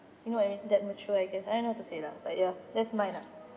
you know what I mean that mature I guess I don't know how to say lah but ya that's mine lah